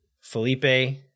Felipe